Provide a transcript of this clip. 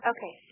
Okay